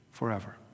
Forever